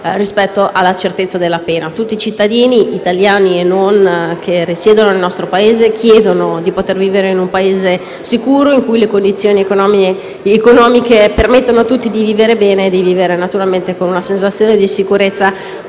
rispetto alla certezza della pena: tutti i cittadini italiani e non che risiedono nel nostro Paese chiedono di poter vivere in un Paese sicuro, in cui le condizioni economiche permettano a tutti di vivere bene e naturalmente con una sensazione di sicurezza